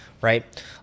right